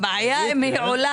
הבעיה אם היא עולה.